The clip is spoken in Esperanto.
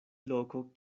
loko